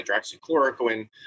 hydroxychloroquine